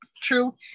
True